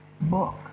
book